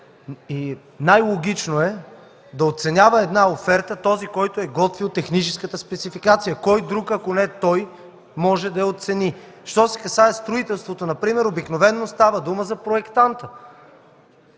и най логично е да оценява една оферта този, който е готвил техническата спецификация. Кой друг, ако не той, може да я оцени? Що се касае до строителството например, обикновено става дума за проектанта